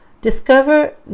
discover